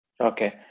Okay